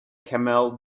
camel